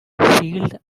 field